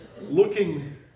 looking